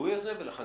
לליווי הזה ולחניכה?